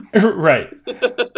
Right